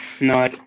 No